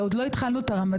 ועוד לא התחלנו את הרמדאן.